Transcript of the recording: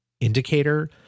indicator